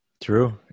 True